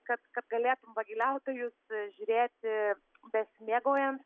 kad kad galėtum vagiliautojus žiūrėti besimėgaujant